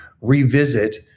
revisit